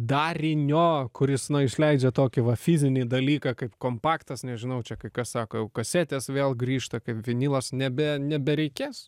darinio kuris išleidžia tokį va fizinį dalyką kaip kompaktas nežinau čia kai kas sako kasetės vėl grįžta kaip vinilas nebe nebereikės